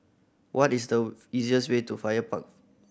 what is the easiest way to Fire Park